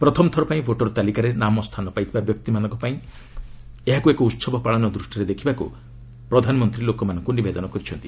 ପ୍ରଥମ ଥରପାଇଁ ଭୋଟର ତାଲିକାରେ ନାମ ସ୍ଥାନ ପାଇଥିବା ବ୍ୟକ୍ତିମାନଙ୍କପାଇଁ ଏହାକୁ ଏକ ଉତ୍ସବ ପାଳନ ଦୃଷ୍ଟିରେ ଦେଖିବାକୁ ପ୍ରଧାନମନ୍ତ୍ରୀ ଲୋକମାନଙ୍କୁ ନିବେଦନ କରିଛନ୍ତି